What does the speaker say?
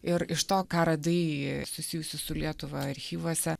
ir iš to ką radai susijusį su lietuva archyvuose